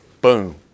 boom